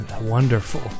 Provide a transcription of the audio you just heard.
wonderful